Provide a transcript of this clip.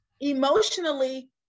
emotionally